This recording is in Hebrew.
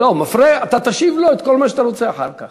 לא, מפרה, תשיב לו את כל מה שאתה רוצה אחר כך.